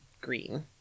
green